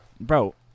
bro